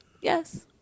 Yes